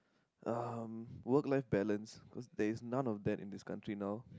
um work life balance cause there is none of that in this country now